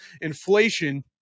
inflation